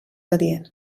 adient